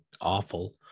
awful